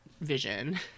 vision